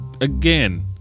again